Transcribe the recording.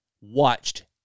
Watched